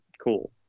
cool